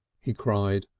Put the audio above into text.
he cried,